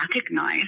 recognize